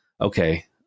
Okay